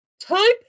Type